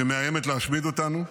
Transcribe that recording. שמאיימת להשמיד אותנו,